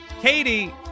Katie